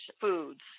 foods